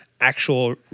actual